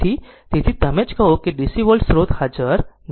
તેથી તેથી જ તમે કહો છો કે DC વોલ્ટેજ સ્રોત હાજર નથી